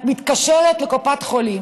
את מתקשרת לקופת חולים